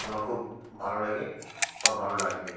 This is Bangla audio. আমার খুব ভালো লাগে বা ভালো লাগবে